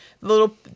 little